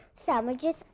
sandwiches